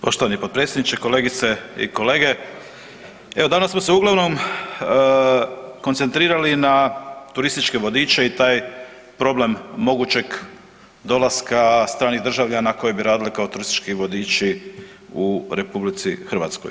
Poštovani potpredsjedniče, kolegice i kolege, evo danas smo se uglavnom koncentrirali na turističke vodiče i taj problem mogućeg dolaska stranih državljana koji bi radili kao turistički vodiči u RH.